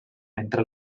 mentre